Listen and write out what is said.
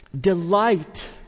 delight